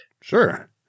Sure